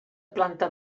planta